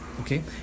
okay